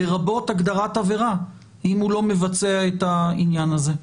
לרבות הגדרת עבירה אם הוא לא מבצע את העניין הזה,